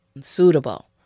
suitable